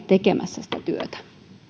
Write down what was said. tekemässä sitä työtä